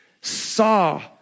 saw